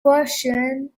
portion